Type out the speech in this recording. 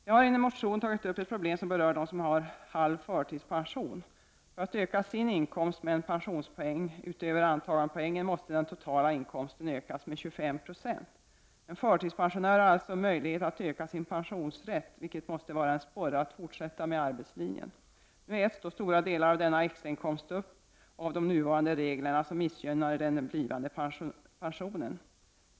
Jag har i en motion tagit upp ett problem som berör den som har halv förtidspension. För att öka sin inkomst med en pensionspoäng utöver antagandepoängen måste den totala inkomsten ökas med 25 96. En förtidspensionär har alltså möjlighet att öka sin pensionsrätt, vilket måste vara en sporre att fortsätta med arbetslinjen. Nu äts då stora delar av denna extrainkomst upp av de nuvarande reglerna som missgynnar den blivande pensionen.